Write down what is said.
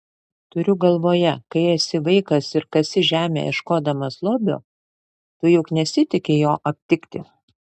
turiu galvoje kai esi vaikas ir kasi žemę ieškodamas lobio tu juk nesitiki jo aptikti